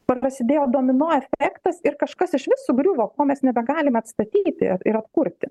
prasidėjo domino efektas ir kažkas išvis sugriuvo ko mes nebegalim atstatyti ir atkurti